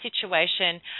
situation